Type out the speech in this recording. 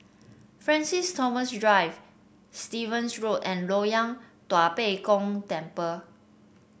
Francis Thomas Drive Stevens Road and Loyang Tua Pek Kong Temple